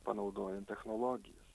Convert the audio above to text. panaudojant technologijas